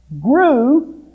Grew